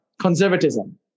conservatism